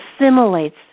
assimilates